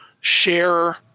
share